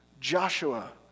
Joshua